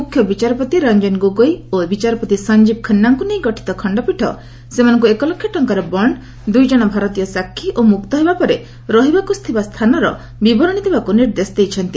ମୁଖ୍ୟ ବିଚାରପତି ରଞ୍ଜନ ଗୋଗୋଇ ଓ ବିଚାରପତି ସଞ୍ଜୀବ୍ ଖାନ୍ନାଙ୍କୁ ନେଇ ଗଠିତ ଖଣ୍ଡପୀଠ ସେମାନଙ୍କୁ ଏକ ଲକ୍ଷ ଟଙ୍କାର ବଣ୍ଡ୍ ଦୁଇ ଜଣ ଭାରତୀୟ ସାକ୍ଷୀ ଓ ମୁକ୍ତ ହେବା ପରେ ରହିବାକୁ ଥିବା ସ୍ଥାନର ବିବରଣୀ ଦେବାକୁ ନିର୍ଦ୍ଦେଶ ଦେଇଛନ୍ତି